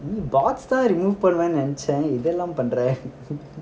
நீ பாத் தான்:nee paath thaan remove பண்ணுவேன்னு நினச்சேன் இதுலாம் பண்ற:pannuvenu ninachen idhulam panra